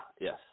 yes